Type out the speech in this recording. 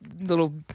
little